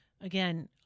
Again